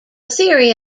theory